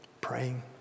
praying